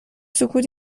سکوت